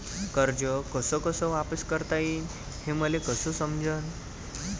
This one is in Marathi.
कर्ज कस कस वापिस करता येईन, हे मले कस समजनं?